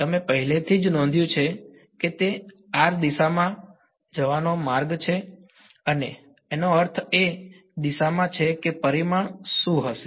તમે પહેલેથી જ નોંધ્યું છે કે તે દિશામાં એક દિશામાં જવાનો છે મારો અર્થ એ દિશામાં છે કે પરિમાણ શું હશે